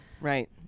Right